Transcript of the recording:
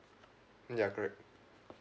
ya correct